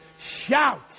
shout